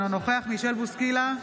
אינו נוכח מישל בוסקילה,